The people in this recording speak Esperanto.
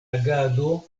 agado